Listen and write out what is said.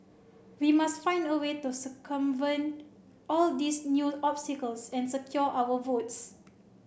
we must find a way to circumvent all these new obstacles and secure our votes